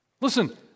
Listen